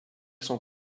son